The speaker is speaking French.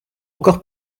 encore